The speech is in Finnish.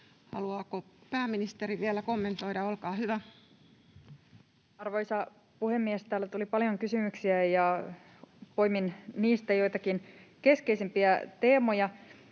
Haluaako pääministeri vielä kommentoida? — Olkaa hyvä. Arvoisa puhemies! Täällä tuli paljon kysymyksiä, ja poimin niistä joitakin keskeisimpiä teemoja.